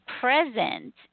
present